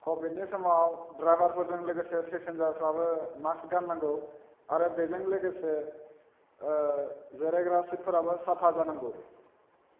कभिदनि समाव द्राइभारफोरजों लोगोसे फेसेनजारफ्राबो मास्क गाननांगौ आरो बेजों लोगोसे जिरायग्रा सिथफोराबो साफा जानांगौ